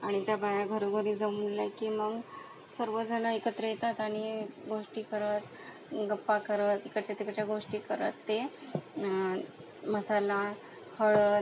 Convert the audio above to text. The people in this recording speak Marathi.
आणि त्या बाया घरोघरी जमल्या की मग सर्वजणं एकत्र येतात आणि गोष्टी करत गप्पा करत इकडच्या तिकडच्या गोष्टी करत ते मसाला हळद